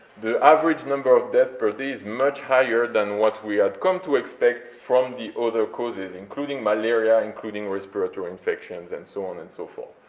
the average number of death per day is much higher than what we had come to expect from the other causes, including malaria, including respiratory infections and so on and so forth.